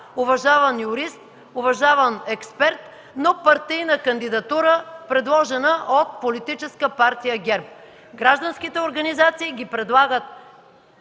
уважаван юрист, уважаван експерт, но партийна кандидатура, предложена от Политическа партия ГЕРБ. Гражданските кандидатури ги предлагат